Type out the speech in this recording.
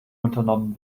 unternommen